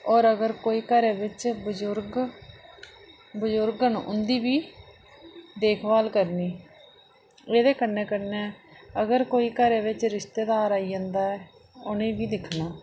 हर अगर कोई घरै बिच बजुर्ग बजुर्ग न उं'दी बी देख भाल करनी एह्दे कन्नै कन्नै अगर कोई घरै बिच रिश्तेदार आई जंदा ऐ उ'नेंगी दिक्खना